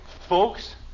folks